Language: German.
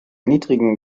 niedrigen